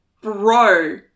bro